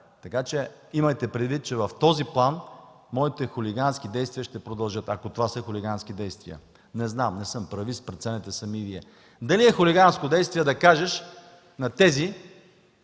Така че имайте предвид, че в този план моите хулигански действия ще продължат, ако това са хулигански действия. Не знам, не съм правист. Вие преценете сами дали е хулиганско действие да кажеш на тези,